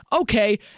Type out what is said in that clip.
Okay